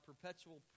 perpetual